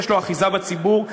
יש לו אחיזה בציבור,